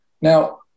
Now